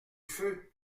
feu